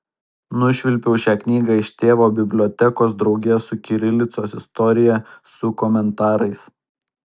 nušvilpiau šią knygą iš tėvo bibliotekos drauge su kirilicos istorija su komentarais